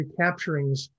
recapturings